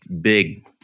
big